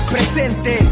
Presente